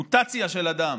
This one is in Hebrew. מוטציה של אדם.